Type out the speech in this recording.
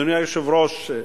אדוני היושב-ראש,